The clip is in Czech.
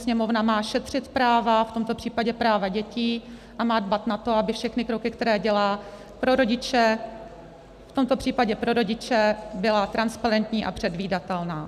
Sněmovna má šetřit práva, v tomto případě práva dětí, a má dbát na to, aby všechny kroky, které dělá pro rodiče, v tomto případě pro rodiče, byly transparentní a předvídatelné.